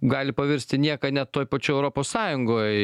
gali pavirst į nieką net toje pačioj europos sąjungoj